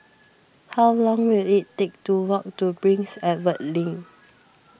how long will it take to walk to Prince Edward Link